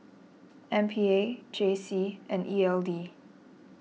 M P A J C and E L D